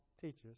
teachers